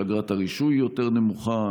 שאגרת הרישוי יותר נמוכה,